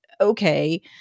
okay